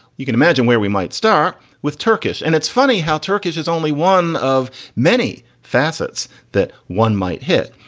you can imagine where we might start with turkish. and it's funny how turkish is only one. of many facets that one might hit,